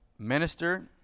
Minister